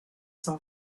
son